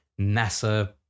NASA